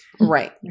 Right